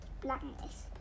blackness